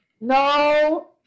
No